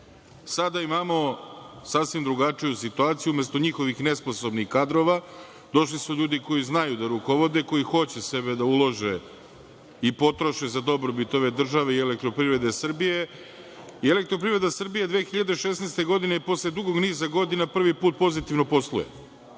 imamo sasvim drugačiju situaciju. Umesto njihovih nesposobnih kadrova došli su ljudi koji znaju da rukovode, koji hoće sebe da ulože i potroše za dobrobit ove države i EPS i EPS 2016. godine posle dugog niza godina prvi put pozitivno posluje.